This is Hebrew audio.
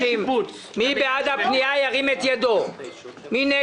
150. מי בעד הפנייה,